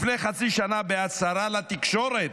לפני חצי שנה, בהצהרה לתקשורת,